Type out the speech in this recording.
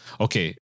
Okay